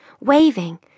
waving